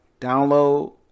download